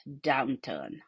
downturn